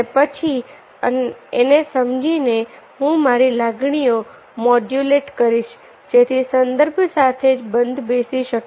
અને પછી અને સમજી ને હું મારી લાગણીઓ મોડ્યુલેટ કરીશ જેથી સંદર્ભ સાથે જ બંધ બેસી શકે